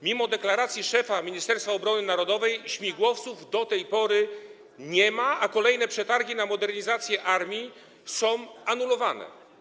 Mimo deklaracji szefa Ministerstwa Obrony Narodowej śmigłowców do tej pory nie ma, a kolejne przetargi na modernizację armii są anulowane.